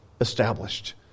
established